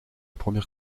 première